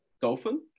dolphin